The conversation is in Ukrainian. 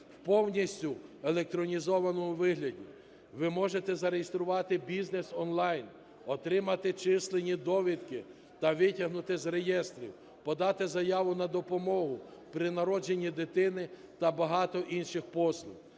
повністю в електронізованому вигляді. Ви можете зареєструвати бізнес онлайн, отримати численні довідки та витягнути з реєстрів, подати заяву на допомогу при народженні дитини та багато інших послуг.